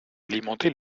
alimenter